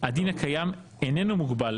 הדין הקיים איננו מוגבל